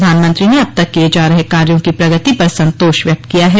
प्रधानमंत्री ने अब तक किए जा रहे कार्यों की प्रगति पर संतोष व्यक्त किया है